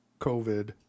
COVID